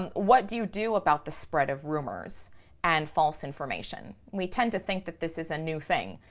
and what do you do about the spread of rumors and false information? we tend to think that this is a new thing,